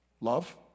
love